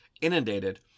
Inundated